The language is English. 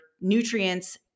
nutrients